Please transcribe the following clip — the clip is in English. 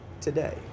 today